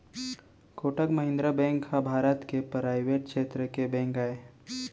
Kotak Mahindra bank ह भारत के private छेत्र के बेंक आय